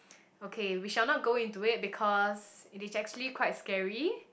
okay we shall not go into it because it is actually quite scary